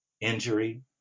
injury